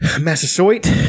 Massasoit